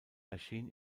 erschien